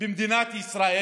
במדינת ישראל.